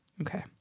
Okay